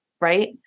right